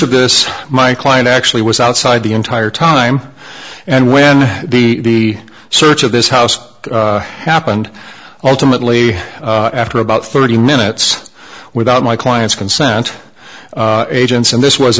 of this my client actually was outside the entire time and when the search of this house happened ultimately after about thirty minutes without my client's consent agents and this was